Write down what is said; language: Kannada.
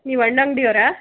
ನೀವು ಹಣ್ ಅಂಗಡಿಯವ್ರಾ